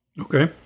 Okay